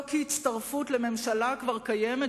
לא כהצטרפות לממשלה שכבר קיימת,